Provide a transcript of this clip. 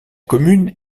commune